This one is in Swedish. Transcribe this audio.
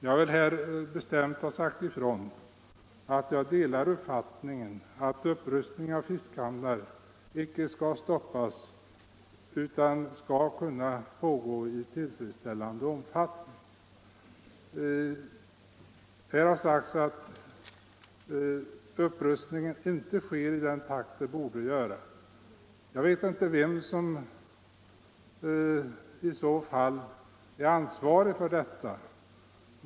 Jag vill här bestämt säga ifrån att jag delar uppfattningen att upprustningen av fiskehamnar inte skall stoppas utan skall kunna pågå i tillfredsställande omfattning. Här har sagts att upprustningen inte sker i den takt som borde hållas. Jag vet inte vem som i så fall är ansvarig härför.